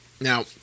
Now